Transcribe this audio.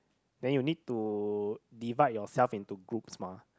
then you need to divide yourself into groups mah